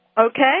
Okay